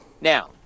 Now